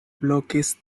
bloques